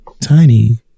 Tiny